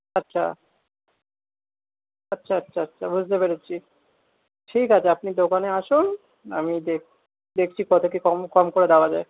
আচ্ছা আচ্ছা আচ্ছা বুঝতে পেরেছি ঠিক আছে আপনি দোকানে আসুন আমি দেখছি কতো কী কম কম করে দাওয়া যায়